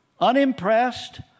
Unimpressed